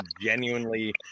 genuinely